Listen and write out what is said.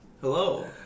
Hello